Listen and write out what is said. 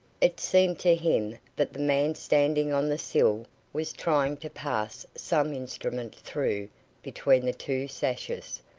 it seemed to him that the man standing on the sill was trying to pass some instrument through between the two sashes,